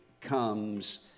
comes